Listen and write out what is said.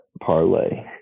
parlay